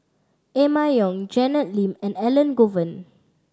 Emma Yong Janet Lim and Elangovan